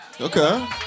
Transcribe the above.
Okay